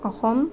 Assam